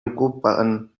ocupen